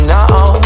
now